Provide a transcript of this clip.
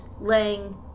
laying